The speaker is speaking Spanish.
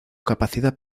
capacidad